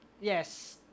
Yes